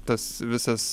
tas visas